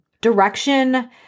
direction